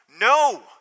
No